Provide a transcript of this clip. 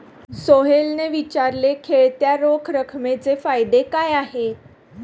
सोहेलने विचारले, खेळत्या रोख रकमेचे फायदे काय आहेत?